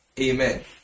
Amen